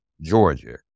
Georgia